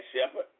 shepherd